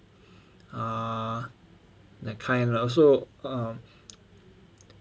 ugh that kind also um